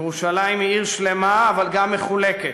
ירושלים היא עיר שלמה אבל גם מחולקת,